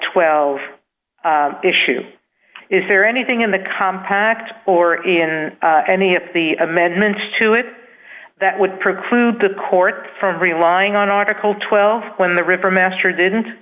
twelve issue is there anything in the compact or in any of the amendments to it that would preclude the court from relying on article twelve when the river master didn't